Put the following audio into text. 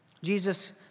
Jesus